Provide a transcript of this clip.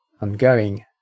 ongoing